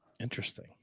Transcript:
Interesting